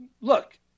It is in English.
look